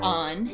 on